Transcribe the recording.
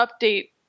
update